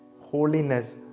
holiness